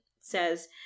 says